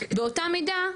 באותה מידה,